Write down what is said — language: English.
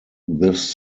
this